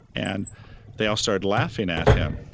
and they all started laughing at him.